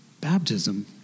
baptism